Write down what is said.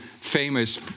famous